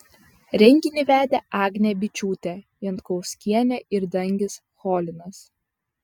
renginį vedė agnė byčiūtė jankauskienė ir dangis cholinas